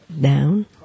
down